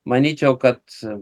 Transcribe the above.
manyčiau kad